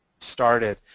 started